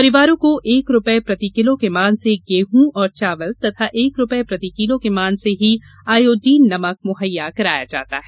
परिवारों को एक रूपये प्रति किलो के मान से गेहूँ और चावल तथा एक रूपये प्रति किलो के मान से ही आयोडिन नमक मुहैया कराया जाता है